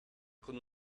con